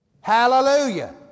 Hallelujah